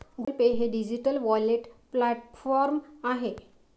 Google Pay हे digital wallet platform आहे